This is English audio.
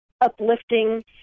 uplifting